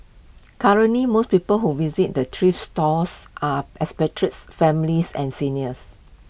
currently most people who visit the thrift stores are expatriates families and seniors